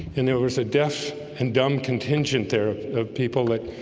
and there was a deaf and dumb contingent there of people that